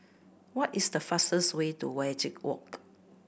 what is the fastest way to Wajek Walk